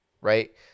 Right